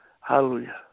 Hallelujah